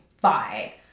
Bye